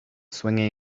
swinging